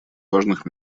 важных